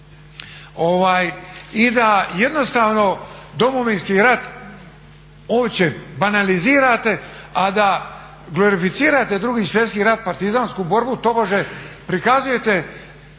I da jednostavno Domovinski rat uopće banalizirate, a da glorificirate Drugi svjetski rat, partizansku borbu tobože prikazujete